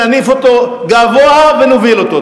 נניף אותו גבוה ונוביל אותו.